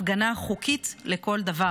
הפגנה חוקית לכל דבר,